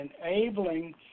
enabling